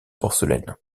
porcelaine